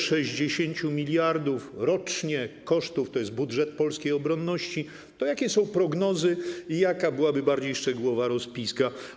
60 mld rocznie kosztów - to jest budżet polskiej obronności - to jakie są prognozy i jaka byłaby bardziej szczegółowa rozpiska?